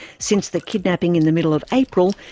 since the kidnapping in the middle of april,